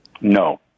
No